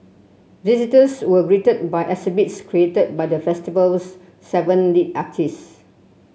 visitors were greeted by exhibits created by the festival's seven lead artists